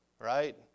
right